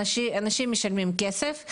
אנשים משלמים כסף,